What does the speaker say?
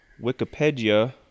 Wikipedia